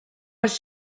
was